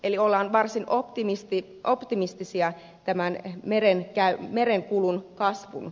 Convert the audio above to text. eli ollaan varsin optimistisia tämän merenkulun kasvun suhteen